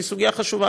היא סוגיה חשובה,